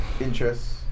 interests